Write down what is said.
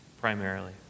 primarily